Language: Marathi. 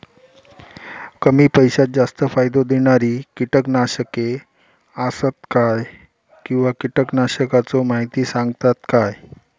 कमी पैशात जास्त फायदो दिणारी किटकनाशके आसत काय किंवा कीटकनाशकाचो माहिती सांगतात काय?